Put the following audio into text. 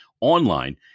online